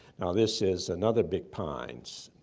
now this is another, big pines.